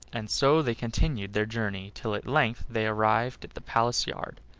and so they continued their journey till at length they arrived at the palace yard.